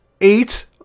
eight